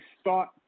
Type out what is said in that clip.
start